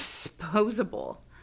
disposable